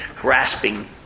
grasping